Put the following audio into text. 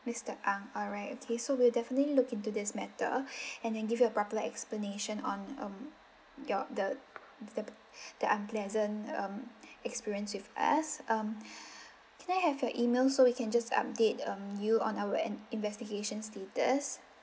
mister ang alright okay so we'll definitely look into this matter and then give you a proper explanation on um your the the the unpleasant um experience with us um can I have your email so we can just update um you on our an investigation status